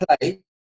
play